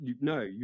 No